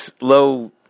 low